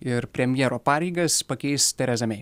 ir premjero pareigas pakeis terezą mei